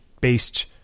based